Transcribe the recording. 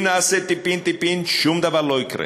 אם נעשה טיפין-טיפין, שום דבר לא יקרה.